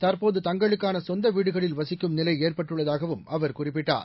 தற்போது தங்களுக்கான சொந்த வீடுகளில் வசிக்கும் நிலை ஏற்பட்டுள்ளதாகவும் அவர் குறிப்பிட்டார்